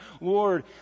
Lord